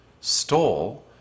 stole